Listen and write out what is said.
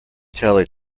telly